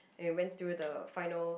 when we went through the final